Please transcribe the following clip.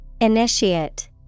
Initiate